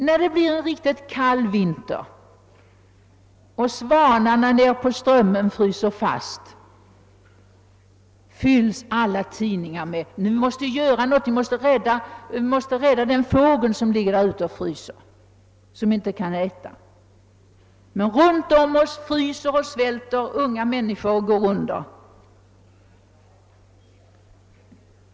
När det blir en riktig kall vinter och svanarna nere på Strömmen fryser fast står det i alla tidningar att vi måste göra någonting för att rädda de fåglar som fryser och inte får någon mat. Men runt omkring oss fryser och svälter unga människor och går under.